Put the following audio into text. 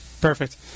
Perfect